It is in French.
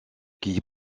qui